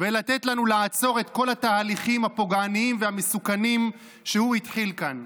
ולתת לנו לעצור את כל התהליכים הפוגעניים והמסוכנים שהוא התחיל כאן.